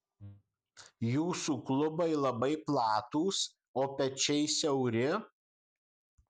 jūsų klubai labai platūs o pečiai siauri